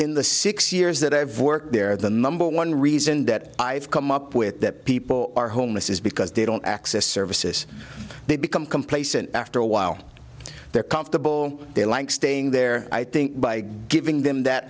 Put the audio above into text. in the six years that i've worked there the number one reason that i've come up with that people are homeless is because they don't access services they become complacent after a while they're comfortable they like staying there i think by giving them that